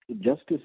justice